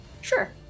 Sure